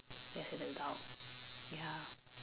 as an adult ya